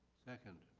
second.